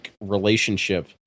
relationship